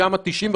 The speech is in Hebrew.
שם 95%,